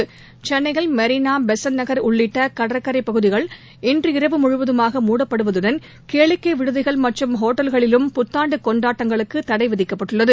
இதையொட்டிசென்னையில் மெரினா பெசன்ட் நகர் உள்ளிட்டகடற்கரைபகுதிகள் இன்றிரவு முழுவதாக முடப்படுவதுடன் கேளிக்கைவிடுதிகள் மற்றம் ஒட்டல்களிலும் புத்தாண்டுகொண்டாட்டங்களுக்குதடைவிதிக்கப்பட்டுள்ளது